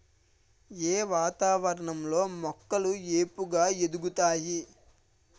ఏ వాతావరణం లో మొక్కలు ఏపుగ ఎదుగుతాయి?